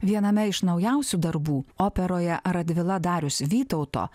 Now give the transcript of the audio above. viename iš naujausių darbų operoje radvila darius vytauto